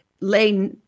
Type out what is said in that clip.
lay